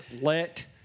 let